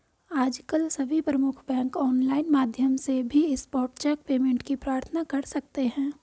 आजकल सभी प्रमुख बैंक ऑनलाइन माध्यम से भी स्पॉट चेक पेमेंट की प्रार्थना कर सकते है